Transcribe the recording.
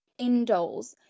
indoles